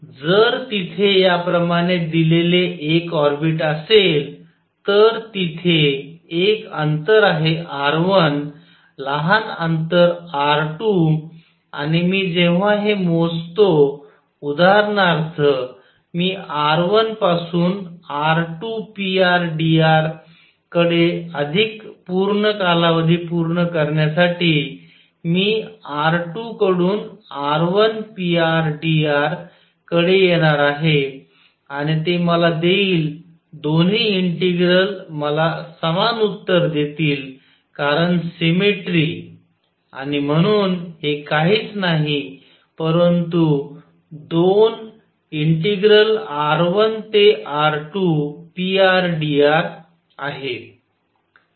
तर जर तिथे याप्रमाणे दिलेले एक ऑर्बिट असेल तर तिथे एक अंतर आहे r1 लहान अंतर r2 आणि मी जेव्हा हे मोजतो उदाहरणार्थ मी r1 पासून r2 prdr कडे अधिक पूर्ण कालावधी पूर्ण करण्यासाठी मी r2 कडून r1 prdr कडे येणार आहे आणि ते मला देईल दोन्ही इंटिग्रल मला समान उत्तर देतील कारण सिमेट्री आणि म्हणून हे काहीच नाही परंतु 2r1r2prdrआहे